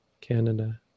canada